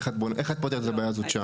איך את פותרת את הבעיה הזאת שם?